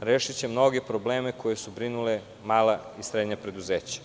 rešiće mnoge probleme koje su brinule mala i srednja preduzeća.